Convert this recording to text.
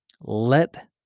Let